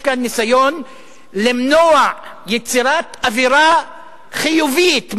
יש כאן ניסיון למנוע יצירת אווירה חיובית,